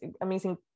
amazing